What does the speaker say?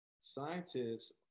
scientists